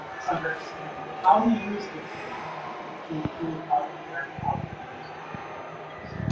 is understand how to use this data to improve healthcare outcomes and efficiency.